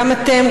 גם אתם,